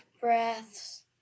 breaths